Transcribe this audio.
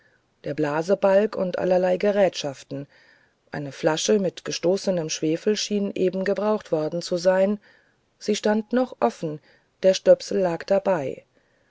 der blasebalg und mancherlei gerätschaft eine flasche mit gestoßnem schwefel schien eben gebraucht worden zu sein sie stand noch offen der stöpsel lag dabei